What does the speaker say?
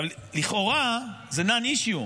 לכאורה זה non-issue,